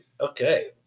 Okay